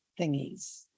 thingies